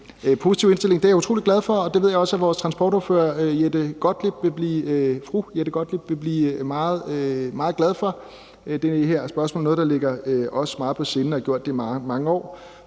positive indstilling. Det er jeg utrolig glad for, og det ved jeg også vores transportordfører, fru Jette Gottlieb, vil blive meget glad for. Det her spørgsmål er noget, der ligger os meget på sinde og har gjort det mange år,